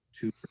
two